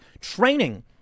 training